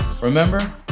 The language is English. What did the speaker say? Remember